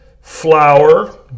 flour